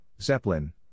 Zeppelin